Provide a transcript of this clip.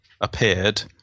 appeared